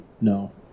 No